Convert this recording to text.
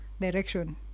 direction